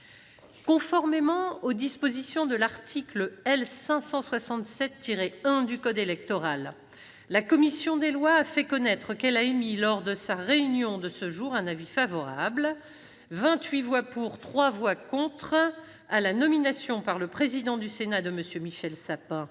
Conformément aux dispositions de l'article L. 567-1 du code électoral, la commission des lois a fait connaître qu'elle a émis, lors de sa réunion de ce jour, un avis favorable- 28 voix pour, 3 voix contre -à la nomination par le président du Sénat de M. Michel Sappin